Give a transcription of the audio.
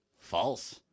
False